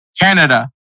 Canada